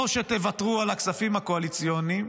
או שתוותרו על הכספים הקואליציוניים,